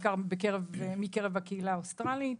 בעיקר מקרב הקהילה האוסטרלית.